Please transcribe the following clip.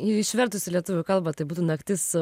išvertus į lietuvių kalbą tai būtų naktis